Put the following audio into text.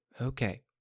Okay